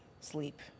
sleep